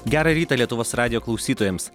gerą rytą lietuvos radijo klausytojams